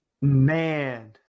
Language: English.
Man